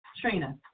Trina